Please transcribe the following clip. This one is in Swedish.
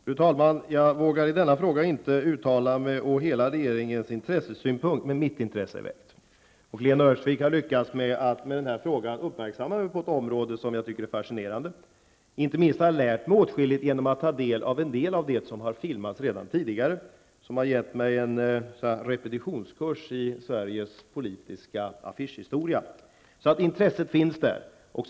Fru talman! Jag vågar i denna fråga inte uttala mig om hela regeringens intresse. Men mitt intresse är väckt. Lena Öhrsvik har lyckats fästa min uppmärksamhet på ett område som jag tycker är fascinerande. Inte minst har jag lärt mig åtskilligt genom att ta del av en del av det som har filmats redan tidigare. Det har givit mig en repetitionskurs i Sveriges politiska affischhistoria. Intresset finns alltså.